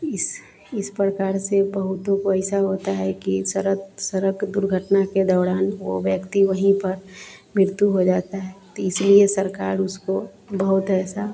इस इस प्रकार से बहुतों को ऐसा होता है कि सड़क सड़क दुर्घटना के दौरान वह व्यक्ति वहीं पर मृत्यु हो जाता है तो इसलिए सरकार उसको बहुत ऐसा